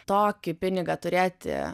tokį pinigą turėti